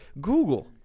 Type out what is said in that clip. google